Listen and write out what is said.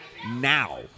Now